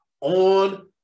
On